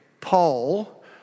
Paul